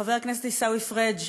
חבר הכנסת עיסאווי פריג',